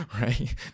right